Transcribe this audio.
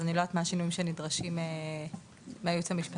אז אני לא יודעת מה השינויים שנדרשים מהיועץ המשפטי.